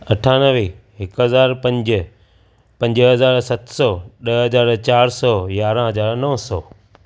अठानवे हिकु हज़ार पंज पंज हज़ार सत सौ ॾह हज़ार चार सौ यारहं हज़ार नव सौ